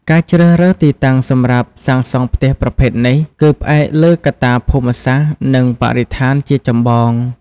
ការជ្រើសរើសទីតាំងសម្រាប់សាងសង់ផ្ទះប្រភេទនេះ គឺផ្អែកលើកត្តាភូមិសាស្ត្រ និងបរិស្ថានជាចម្បង ។